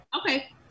Okay